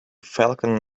falcon